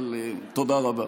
אבל תודה רבה.